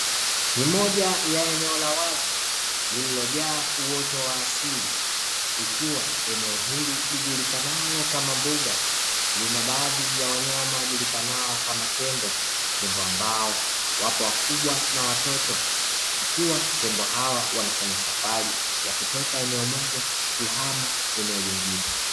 Ni moja ya eneo la wazi lililojaa uoto wa asili, ikiwa eneo hili lijulikanalo kama mbuga, lina baadhi ya wanyama wajulikanao kama Tembo, tembo ambao wapo wakubwa na watoto, ikiwa tembo hawa wanafanya safari ya kutoka eneo moja, kuhama eneo jingine.